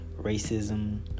Racism